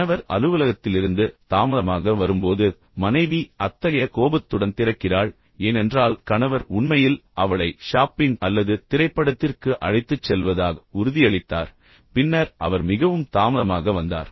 கணவர் அலுவலகத்திலிருந்து தாமதமாக வரும்போது மனைவி அத்தகைய கோபத்துடன் திறக்கிறாள் ஏனென்றால் கணவர் உண்மையில் அவளை ஷாப்பிங் அல்லது திரைப்படத்திற்கு அழைத்துச் செல்வதாக உறுதியளித்தார் பின்னர் அவர் மிகவும் தாமதமாக வந்தார்